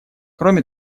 кроме